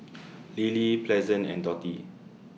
Lily Pleasant and Dottie